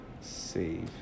save